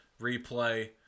Replay